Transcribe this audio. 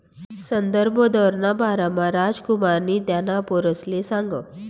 संदर्भ दरना बारामा रामकुमारनी त्याना पोरसले सांगं